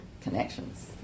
connections